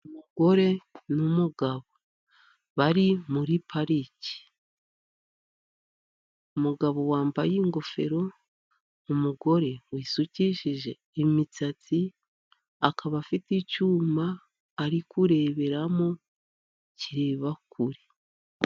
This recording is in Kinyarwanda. Umugore n'umugabo bari muri parike. Umugabo wambaye ingofero, umugore wisukishije imisatsi, akaba afite icyuma arikureberamo kireba kure.